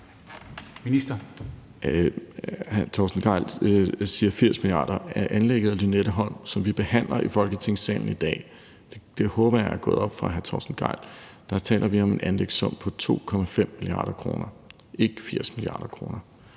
koste 80 mia. kr. Hvad angår lovforslaget om anlægget af Lynetteholm, som vi behandler i Folketingssalen i dag – det håber jeg er gået op for hr. Torsten Gejl – så taler vi om en anlægssum på 2,5 mia. kr., ikke 80 mia. kr.